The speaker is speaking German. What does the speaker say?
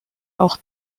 auch